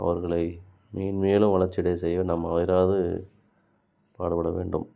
அவர்களை மென்மேலும் வளர்ச்சியடைய செய்ய நம்ம எதாவது பாடுபட வேண்டும்